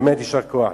באמת יישר כוח.